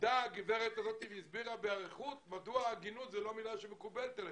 עמדה הגברת הזאת והסבירה באריכות מדוע הגינות זו לא מילה שמקובלת עליכם.